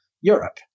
Europe